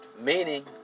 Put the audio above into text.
Meaning